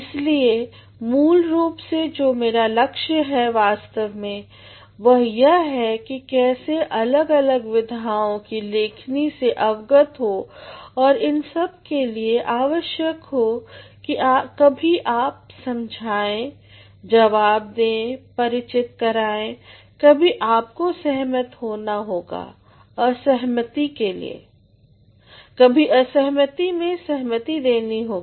इसलिए मूल रूप से जो मेरा लक्ष्य है वास्तव में वो यह है कि कैसे अलग अलग विधाओं की लेखनी से अवगत हो और इन सब के लिए आवश्यक हो कि कभी आप समझाएं जवाब दें परिचित कराएं कभी आपको सहमत होना होगा असहमति के लिए कभी असहमति में सहमति देनी होगी